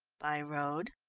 by road?